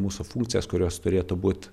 mūsų funkcijas kurios turėtų būt